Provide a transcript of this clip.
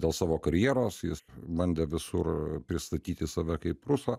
dėl savo karjeros jis bandė visur pristatyti save kaip rusą